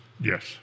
yes